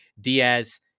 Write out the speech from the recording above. Diaz